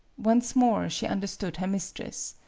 once more she understood her mistress.